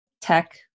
tech